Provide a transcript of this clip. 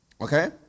Okay